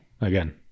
again